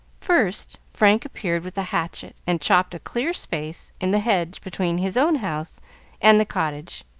first, frank appeared with a hatchet and chopped a clear space in the hedge between his own house and the cottage